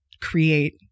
create